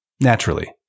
naturally